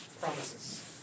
promises